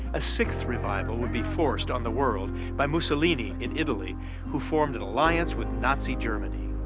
a sixth revival, would be forced on the world by mussolini in italy who formed an alliance with nazi germany.